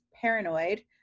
paranoid